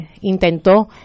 intentó